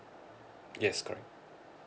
yes correct